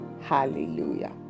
Hallelujah